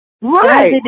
right